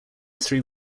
three